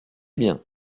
bien